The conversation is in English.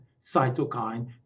cytokine